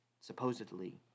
supposedly